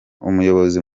umuyobozi